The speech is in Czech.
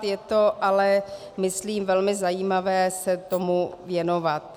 Je ale myslím velmi zajímavé se tomu věnovat.